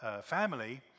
family